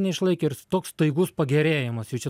neišlaikė ir toks staigus pagerėjimas jau čia